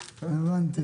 הבנתי.